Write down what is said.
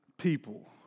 people